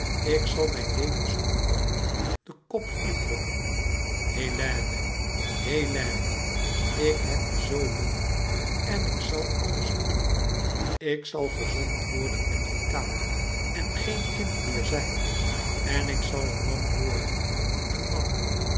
ik zal mijn levensonmacht den kop indrukken hélène hélène ik heb je zoo lief en ik zal alles kunnen ik zal gezond worden en vitaal en geen kind meer zijn en ik zal een man worden een man